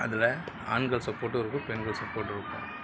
அதில் ஆண்கள் சப்போர்ட்டும் இருக்கும் பெண்கள் சப்போர்ட்டும் இருக்கும்